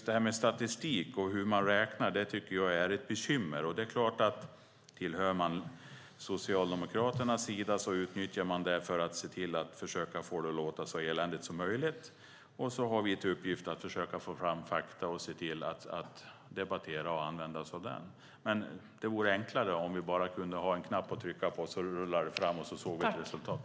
Detta med statistik och hur man räknar är ett bekymmer. Hör man till Socialdemokraternas sida utnyttjar man det för att se till att försöka att få det att låta så eländigt som möjligt. Vi har till uppgift att försöka att få fram fakta och se till att debattera och använda oss av det. Det vore enklare om vi bara kunde ha en knapp att trycka på så att det rullade fram och vi såg ett resultat.